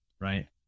Right